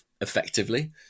effectively